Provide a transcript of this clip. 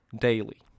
daily